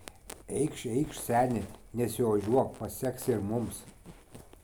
eikš eikš seni nesiožiuok paseksi ir mums